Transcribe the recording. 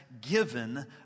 given